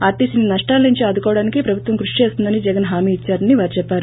RTC ని నష్టాల నుంచి ఆదుకోవడానికి ప్రభుత్వం కృషి చేస్తుందని జగన్ హామీ ఇచ్చారని వారు చెప్పారు